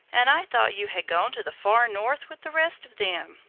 and i thought you had gone to the far north with the rest of them.